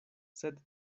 sed